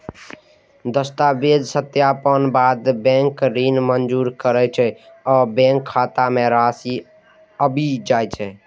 दस्तावेजक सत्यापनक बाद बैंक ऋण मंजूर करै छै आ बैंक खाता मे राशि आबि जाइ छै